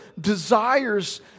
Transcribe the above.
desires